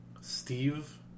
Steve